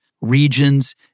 regions